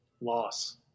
Loss